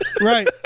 Right